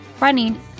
running